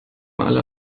alle